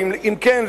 ואם כן,